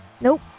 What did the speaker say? Nope